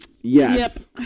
Yes